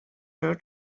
her